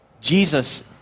Jesus